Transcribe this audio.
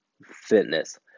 fitness